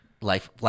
life